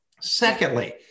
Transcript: Secondly